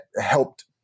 helped